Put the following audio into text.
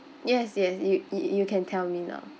yes yes you you you can tell me now